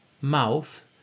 mouth